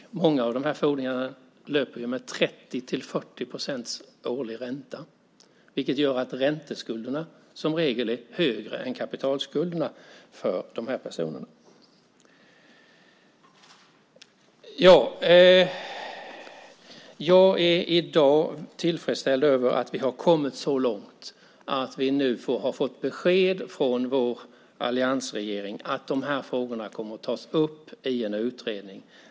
Många av de här fordringarna löper med 30-40 procents årlig ränta, vilket gör att ränteskulderna som regel är högre än kapitalskulderna för de här personerna. Jag är i dag tillfredsställd med att vi har kommit så långt att vi nu har fått besked från vår alliansregering att de här frågorna kommer att tas upp i en utredning.